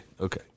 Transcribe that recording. Okay